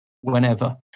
whenever